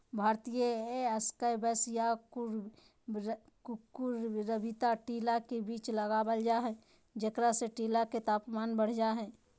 भारतीय स्क्वैश या कुकुरविता टीला के बीच लगावल जा हई, जेकरा से टीला के तापमान बढ़ जा हई